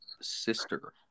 sister